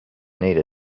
needed